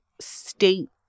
state